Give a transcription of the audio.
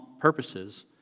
purposes